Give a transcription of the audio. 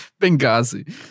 Benghazi